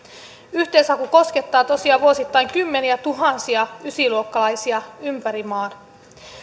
yhteishaku koskettaa tosiaan vuosittain kymmeniätuhansia ysiluokkalaisia ympäri maan